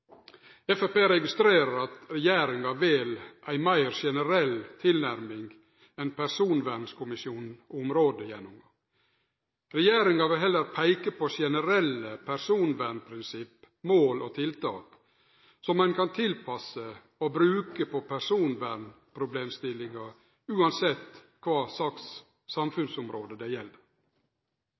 Framstegspartiet registrerer at regjeringa vel ei meir generell tilnærming enn Personvernkommisjonen sin områdegjennomgang. Regjeringa vil heller peike på generelle personvernprinsipp, mål og tiltak som ein kan tilpasse og bruke på personvernproblemstillingar, uansett kva samfunnsområde det gjeld.